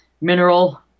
mineral